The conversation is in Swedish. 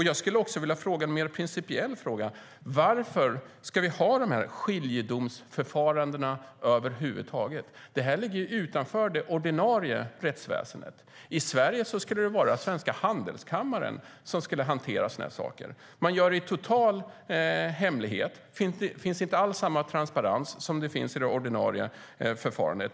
Jag skulle också vilja ställa en mer principiell fråga: Varför ska vi ha de här skiljedomsförfarandena över huvud taget? Det ligger utanför det ordinarie rättsväsendet. I Sverige skulle det vara handelskammaren som hanterade sådana här saker. Man gör det i total hemlighet. Det finns inte alls samma transparens som det finns i det ordinarie förfarandet.